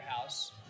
house